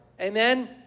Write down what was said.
Amen